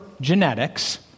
genetics